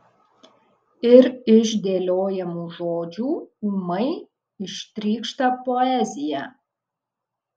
ir iš dėliojamų žodžių ūmai ištrykšta poezija